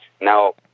Now